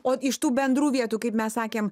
o iš tų bendrų vietų kaip mes sakėm